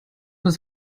was